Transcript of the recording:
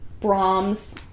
Brahms